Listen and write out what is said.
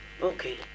Okay